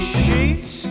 sheets